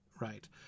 right